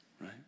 right